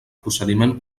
procediment